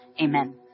Amen